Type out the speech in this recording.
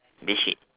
bed sheet